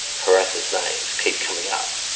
harassers' names keep coming up.